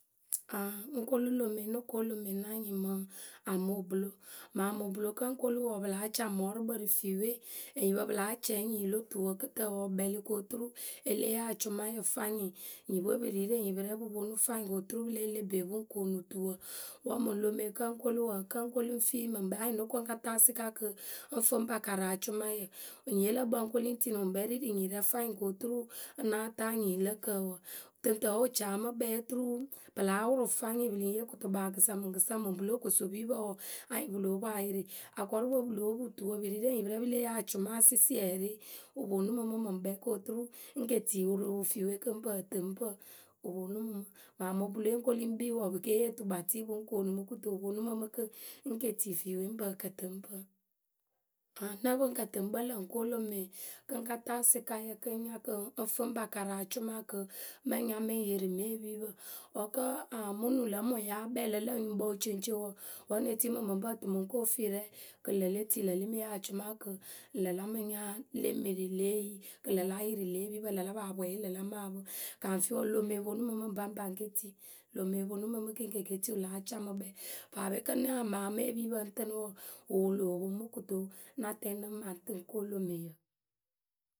ŋ́ kolu lomé, ŋ́ no ko lomé ŋ́ na nyɩŋ mǝŋ Amou oblo Mǝŋ Amoblo kǝ́ ŋ́ kolu wɔɔ, pǝ láa caŋ mɔrʊkpǝ rǝ fiwe enyipwe pɨ láa cɛeɛ nyiyǝ lo tuwǝ kɨt;sǝǝwǝ wǝ kpɛlɩ ko turu e lée yee acʊma fwanyiŋ. Enyipwe pǝ ri rǝ enyipǝ rɛ pɨ ponu fwaiŋ kotu pɨ lée le be pɨ ŋ koonu tuwǝ. Wǝ́ mǝŋ lomeyǝ kǝ́ ŋ́ kolu wǝǝ, kǝ́ ŋ́ kolu ŋ́ fii mǝ ŋkɛ anyɩŋ ŋ́ no ko ŋ́ ka taa sɩka kɨ ŋ́ fɨ ŋ́ pa karǝ acʊmayǝ. Nyiye lǝ kpǝŋ ŋ́ kplu ŋ́ tini ŋwǝ ŋkpɛ ri rǝ nyi rɛ fwaiŋ ko rturu ŋ náa taa nyi lǝ kǝǝwǝ. Tɨŋtǝǝwe wǝ cà mǝ kpɛ oturu pɨ láa wʊrʊ fwaiŋ pɨ lǝŋ yee kɨtʊkpaakǝ sa mǝŋkɨsa mɨŋ pǝlo kosopipǝ wǝǝ, anyiŋ pǝ lóo poŋ ayɩrɩ. Akɔrʊpwe pǝ lóo pu tuwǝ, pɨ ri rɨ enyipǝ rɛ pɨ lée yee acʊma sɩsiɛrɩ wǝ ponu mɨ mɨ mǝŋkpɛ koturu ŋ́ ke tii rǝ ŋ wǝ fiiwe kɨ ŋ́ pǝǝ tɨ ŋ́ pǝ wǝ ponu mɨ mɨ. Paa mǝŋ pɨ lewe ŋ́ kolu ŋ́ kpii wǝǝ, pɨ ke ŋ yee tukpatɩ pɨ ŋ koonu mɨ kɨto wǝ ponu mǝ mɨ kɨ ŋ́ tii fiiwe ŋ́ pǝǝ kǝ tɨ ŋ́ pǝ. Aŋ ŋ́ nǝ pɨ ŋ́ kǝ tɨ ŋ kpǝlǝŋ ŋ́ ko lome kɨ ŋ́ ka taa sɩkayǝ kɨ ŋ́ nya kɨ ŋ́ fǝ ŋ́ pa karɨ acʊmayǝ kɨ ŋ́ nya mǝ ŋ́ yɩrɩ mɨ epipǝ wǝ́ kǝ́ aŋ mɨ nuŋ lǝ mɨ ŋwǝ yáa kpɛɛ lǝ lǝ nyuŋkpǝ wǝceŋceŋ wǝǝ, wǝ́ ŋ́ ne tii mǝ ŋmǝ ŋ́ pǝǝ tɨ ŋ́ ko fɛɛ rɛ kɨ ŋlǝ le tii ŋlǝ le mɨ yee acʊma kɨ ŋlǝ la mɨ nya le mɨ ri le yi kɨ ŋlǝ la yɩrɩ lě epipǝ lǝ la paa pwɩyɩ la maa pǝ a ŋ fɩ wǝǝ, lomeyǝ ponu mɨ mǝ ŋpaŋpa ŋ́ ke ti. Lome ponu mǝ mɨ kɨ ŋ́ ke ke tii láa ca mǝ kpɛɛ paape kǝ́ ŋ́ nah maa mɨ epipǝ ń tɨnɨ wǝǝ, ŋ wǝ wǝ loo poŋ mǝ mɨ kɨto wǝ́ ŋ́ na tɛŋ ŋ́ nǝŋ maa ŋ́ tɨ ŋ́ ko Lomeyǝ.